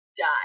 die